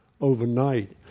overnight